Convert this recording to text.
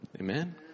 amen